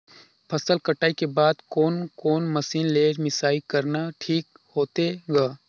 फसल कटाई के बाद कोने कोने मशीन ले मिसाई करना ठीक होथे ग?